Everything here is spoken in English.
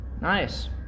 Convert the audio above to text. Nice